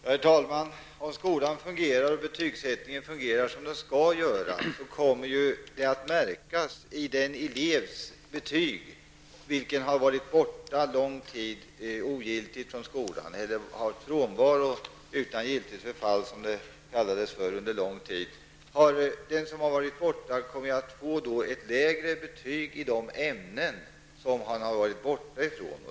Herr talman! Om skolan och betygsättningen fungerar som de skall göra kommer det att märkas i den elevs betyg vilken har varit borta lång tid ogiltigt från skolan eller har frånvaro utan giltigt förfall, som det hette under lång tid. Den som har varit borta kommer att få ett lägre betyg i de ämnen som han har varit borta ifrån.